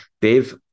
Dave